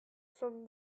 from